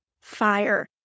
fire